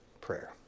prayer